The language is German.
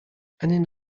einen